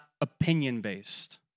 opinion-based